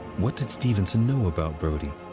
what did stevenson know about brodie?